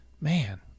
man